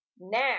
Now